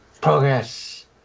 Progress